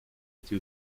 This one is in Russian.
эти